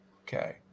Okay